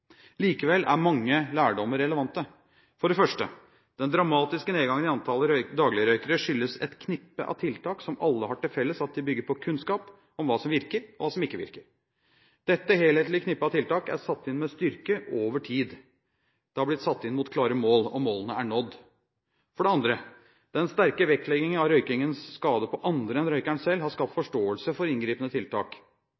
Likevel er mange lærdommer relevante. For det første: Den dramatiske nedgangen i antallet dagligrøykere skyldes et knippe tiltak som alle har det til felles at de bygger på kunnskap om hva som virker, og hva som ikke virker. Dette helhetlige knippet av tiltak er satt inn med styrke over tid. De har blitt satt inn mot klare mål. Og målene er nådd. For det andre: Den sterke vektleggingen av røykingens skade på andre enn røykeren selv har skapt